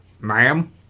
Ma'am